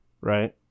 right